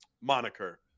moniker